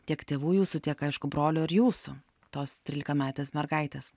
tiek tėvų jūsų tiek aišku brolio ir jūsų tos trylikametės mergaitės